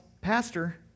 pastor